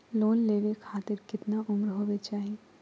Loan लेवे खातिर केतना उम्र होवे चाही?